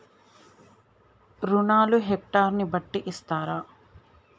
రుణాలు హెక్టర్ ని బట్టి ఇస్తారా?